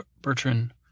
Bertrand